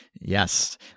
Yes